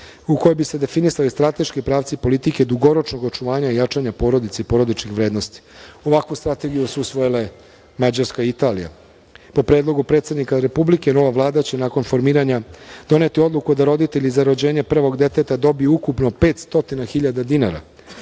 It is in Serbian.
u kojoj bi se definisali strateški pravci politike dugoročnog očuvanja i jačanja porodice i porodičnih vrednosti. Ovakvu strategiju su usvojile Mađarska i Italija. Po predlogu predsednika Republike, nova Vlada će nakon formiranja doneti odluku da roditelji za rođenje prvog deteta dobiju ukupno 500.000 dinara,